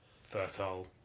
fertile